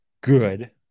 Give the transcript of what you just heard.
good